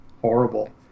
horrible